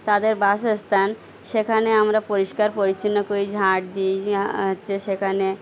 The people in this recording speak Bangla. তাদের বাসস্থান সেখানে আমরা পরিষ্কার পরিচ্ছন্ন ঝাড় দিই হচ্ছে সেখানে